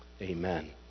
Amen